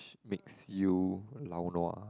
makes you lao nua